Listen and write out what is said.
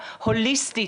הוליסטית,